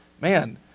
Man